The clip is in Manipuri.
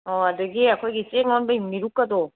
ꯑꯣ ꯑꯗꯒꯤ ꯑꯩꯈꯣꯏꯒꯤ ꯆꯦꯡ ꯑꯣꯟꯕꯩ ꯃꯦꯔꯨꯛꯀꯗꯣ